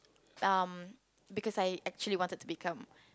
um because I actually wanted to become